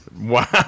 Wow